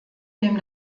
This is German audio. dem